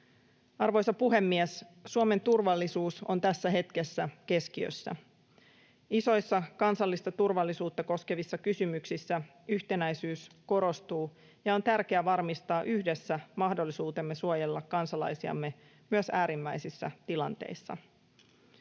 Arvoisa puhemies! Suomen turvallisuus on tässä hetkessä keskiössä. Isoissa, kansallista turvallisuutta koskevissa kysymyksissä yhtenäisyys korostuu, ja on tärkeää varmistaa yhdessä mahdollisuutemme suojella kansalaisiamme myös äärimmäisissä tilanteissa.